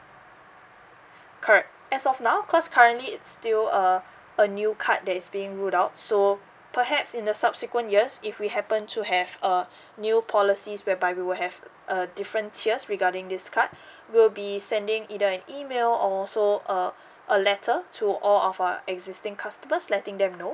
correct as of now cause currently it's still a a new card that is being roll out so perhaps in the subsequent years if we happen to have a new policies whereby we will have a different tiers regarding this card we'll be sending either an email also a a letter to all of our existing customers letting them know